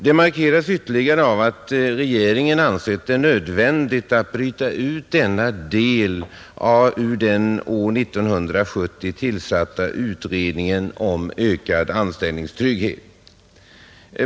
Det markeras ytterligare av att regeringen ansett det nödvändigt att bryta ut denna del ur den år 1970 tillsatta utredningen om ökad anställningstrygghet.